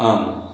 आम्